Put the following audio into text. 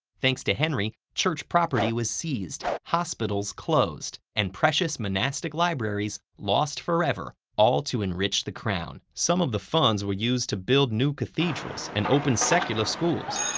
thanks to henry, church property was seized hospitals closed, and precious monastic libraries lost forever, all to enrich the crown. defense some of the funds were used to build new cathedrals and open secular schools.